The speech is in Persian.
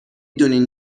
دونین